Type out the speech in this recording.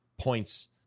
points